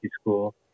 School